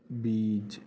ਬੀਜ